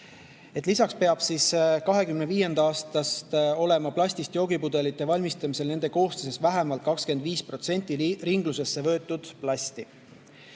Lisaks peab 2025. aastast olema plastist joogipudelite valmistamisel nende koostises vähemalt 25% ringlusesse võetud plasti.